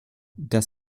das